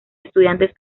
estudiantes